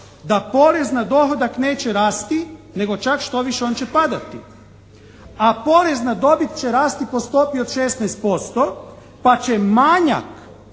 da porez na dohodak neće rasti nego čak štoviše on će padati, a porez na dobit će rasti po stopi od 16% pa će manjak